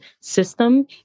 system